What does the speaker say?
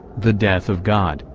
the death of god,